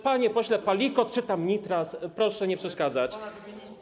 Panie pośle Palikot czy tam Nitras, proszę nie przeszkadzać.